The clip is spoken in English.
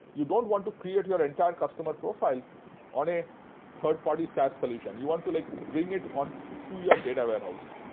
you don't want to create your entire customer profile on a third-party saas solution. you want to like bring it on to your data warehouse.